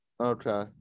Okay